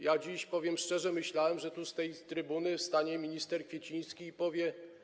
Ja dziś, powiem szczerze, myślałem, że tu, na tej trybunie stanie minister Kwieciński i powie.